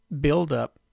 buildup